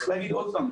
צריך להגיד עוד פעם,